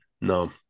No